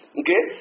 okay